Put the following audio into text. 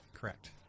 correct